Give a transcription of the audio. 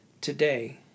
today